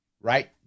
right